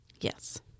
Yes